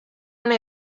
una